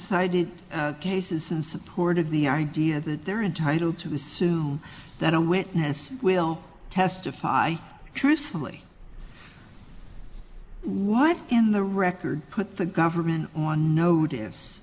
side in cases in support of the idea that they're entitled to assume that a witness will testify truthfully what in the record put the government on no